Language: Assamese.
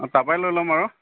অ তাৰপৰাই লৈ ল'ম আৰু